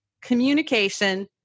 communication